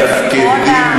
מתפקדים,